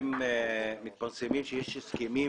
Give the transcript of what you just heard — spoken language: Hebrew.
מתפרסם שיש הסכמים